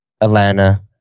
Atlanta